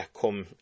come